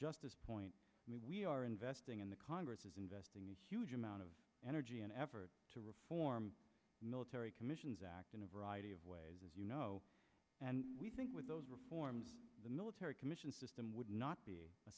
justice point we are investing in the congress is investing the huge amount of energy and effort to reform military commissions act in a variety of ways you know and we think with those reforms the military commission system would not be a